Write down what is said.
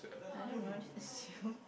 I don't know just assume